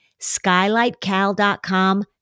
SkylightCal.com